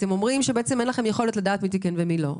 אתם אומרים שאין לכם יכולת לדעת מי תיקן ומילא.